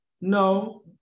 no